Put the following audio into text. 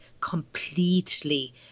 completely